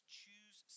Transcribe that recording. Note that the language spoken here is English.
choose